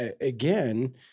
again